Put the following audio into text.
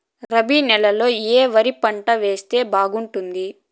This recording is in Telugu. రబి నెలలో ఏ వరి పంట వేస్తే బాగుంటుంది